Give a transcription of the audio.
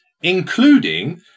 including